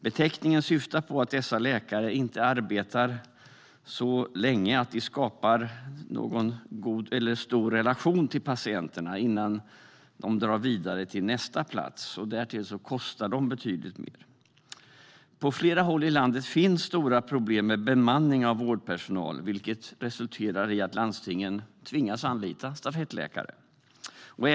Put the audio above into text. Beteckningen syftar på att dessa läkare inte arbetar så länge att de skapar någon närmare relation till patienterna innan de drar vidare till nästa plats. Därtill kostar de betydligt mer. På flera håll i landet finns stora problem med bemanning inom vården, vilket resulterar i att landstingen tvingas anlita stafettläkare.